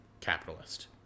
capitalist